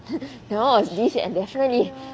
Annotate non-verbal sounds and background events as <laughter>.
<laughs> that [one] was this year naturally